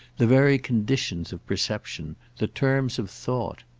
the very conditions of perception, the terms of thought.